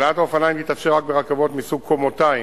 העלאת האופניים תתאפשר רק ברכבות מסוג קומתיים,